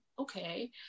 okay